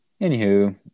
Anywho